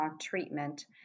treatment